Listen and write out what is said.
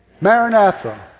Maranatha